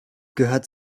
gehört